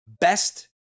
best